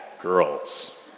girls